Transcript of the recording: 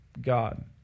God